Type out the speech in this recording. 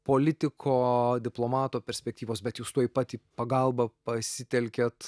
politiko diplomato perspektyvos bet jūs tuoj pat į pagalbą pasitelkiat